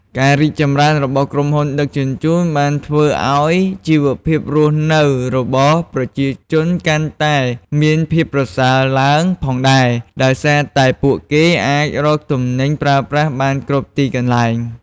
ការរីកចម្រើនរបស់ក្រុមហ៊ុនដឹកជញ្ជូនបានធ្វើឱ្យជីវភាពរស់នៅរបស់ប្រជាជនកាន់តែមានភាពប្រសើរឡើងផងដែរ ដោយសារតែពួកគេអាចរកទំនិញប្រើប្រាស់បានគ្រប់ទីកន្លែង។